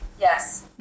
Yes